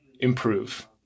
improve